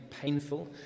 painful